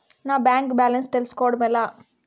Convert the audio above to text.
నా bank balance తెలుస్కోవడం ఎలా?